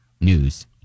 news